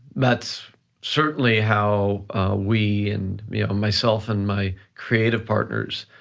that's certainly how we, and yeah um myself and my creative partners